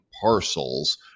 parcels